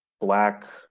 black